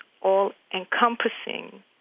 all-encompassing